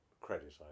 credit